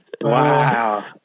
Wow